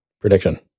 prediction